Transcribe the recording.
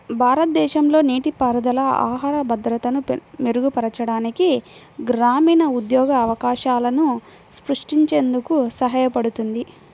భారతదేశంలో నీటిపారుదల ఆహార భద్రతను మెరుగుపరచడానికి, గ్రామీణ ఉద్యోగ అవకాశాలను సృష్టించేందుకు సహాయపడుతుంది